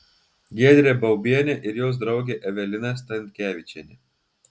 giedrė baubienė ir jos draugė evelina stankevičienė